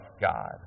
God